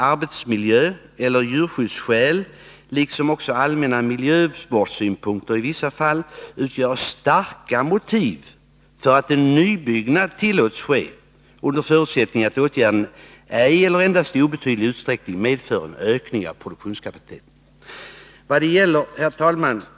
arbetsmiljöeller djurskyddsskäl liksom också allmänna miljövårdssynpunkter i vissa fall utgöra starka motiv för att en nybyggnad tillåts ske, under förutsättning att åtgärden ej eller endast i obetydlig utsträckning medför en ökning av produktionskapaciteten.” Till sist, herr talman!